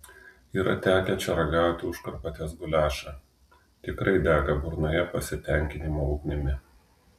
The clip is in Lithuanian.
yra tekę čia ragauti užkarpatės guliašą tikrai dega burnoje pasitenkinimo ugnimi